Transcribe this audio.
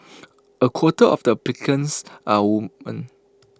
A quarter of the applicants are woman